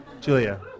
Julia